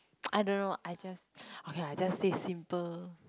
I don't know I just okay I just stay simple